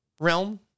realm